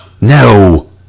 No